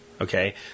Okay